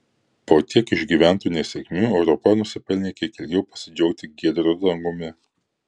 po tiek išgyventų nesėkmių europa nusipelnė kiek ilgiau pasidžiaugti giedru dangumi